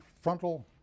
frontal